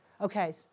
okay